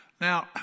now